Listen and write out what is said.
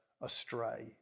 astray